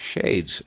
shades